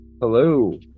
Hello